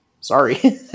sorry